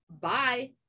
bye